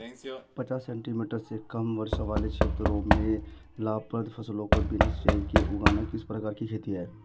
पचास सेंटीमीटर से कम वर्षा वाले क्षेत्रों में लाभप्रद फसलों को बिना सिंचाई के उगाना किस प्रकार की खेती है?